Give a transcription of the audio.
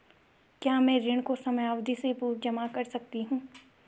क्या मैं ऋण को समयावधि से पूर्व जमा कर सकती हूँ?